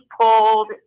pulled